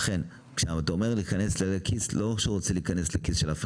הוא לא רוצה להיכנס לכיס של אף אחד כשאתה אומר להיכנס לכיס.